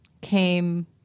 came